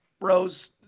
rose